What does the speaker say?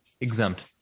exempt